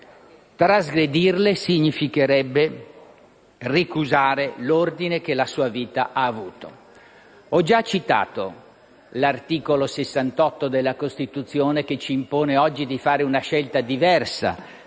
Trasgredirle significherebbe ricusare l'ordine che la sua vita ha avuto. Ho già citato l'articolo 68 della Costituzione che ci impone oggi di fare una scelta diversa